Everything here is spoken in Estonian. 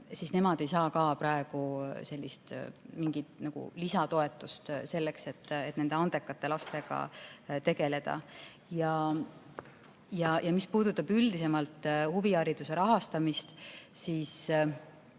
siis praegu ei anta mingit lisatoetust selleks, et nende andekate lastega tegeleda. Mis puudutab üldisemalt huvihariduse rahastamist, siis